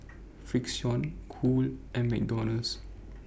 Frixion Cool and McDonald's